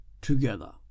together